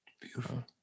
Beautiful